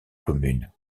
commune